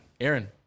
Aaron